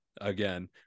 again